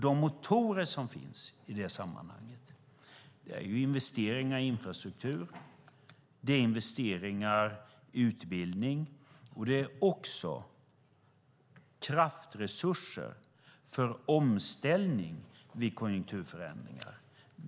De motorer som finns i detta sammanhang är investeringar i infrastruktur, investeringar i utbildning och också kraftresurser för omställning vid konjunkturförändringar.